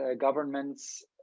governments